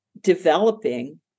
developing